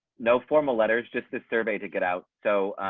no formal letters, just the survey to get out. so